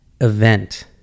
event